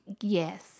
Yes